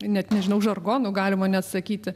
net nežinau žargonu galima net sakyti